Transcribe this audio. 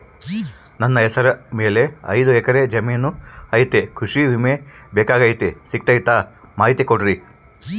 ನನ್ನ ಹೆಸರ ಮ್ಯಾಲೆ ಐದು ಎಕರೆ ಜಮೇನು ಐತಿ ಕೃಷಿ ವಿಮೆ ಬೇಕಾಗೈತಿ ಸಿಗ್ತೈತಾ ಮಾಹಿತಿ ಕೊಡ್ರಿ?